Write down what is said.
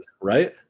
right